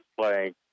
playing